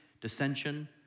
dissension